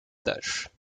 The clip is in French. tâche